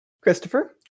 Christopher